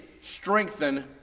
strengthen